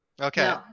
Okay